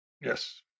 Yes